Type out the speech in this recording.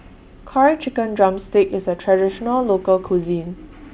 Curry Chicken Drumstick IS A Traditional Local Cuisine